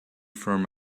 from